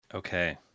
Okay